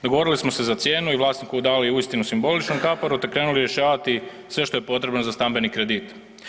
Dogovorili smo se za cijenu i vlasniku dali uistinu simboličnu kaparu te krenuli rješavati sve što je potrebno za stambeni kredit.